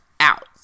out